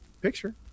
picture